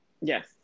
Yes